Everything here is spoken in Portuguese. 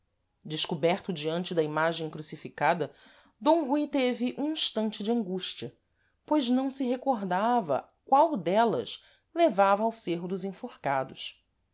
descoberto diante da imagem crucificada d rui teve um instante de angústia pois não se recordava qual delas levava ao cêrro dos enforcados